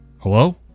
hello